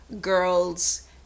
girls